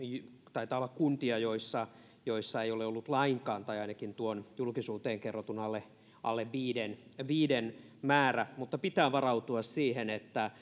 taitaa olla kuntia joissa tartuntoja ei ole ollut lainkaan tai ainakin on ollut tuon julkisuuteen kerrotun mukainen alle viiden viiden määrä mutta pitää varautua siihen että